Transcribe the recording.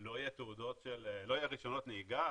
לא יהיו רישיונות נהיגה?